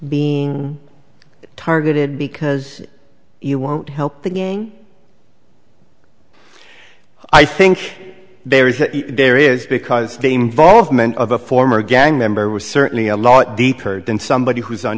being targeted because you won't help the gang i think there is there is because they involve men of a former gang member was certainly a lot deeper than somebody who's on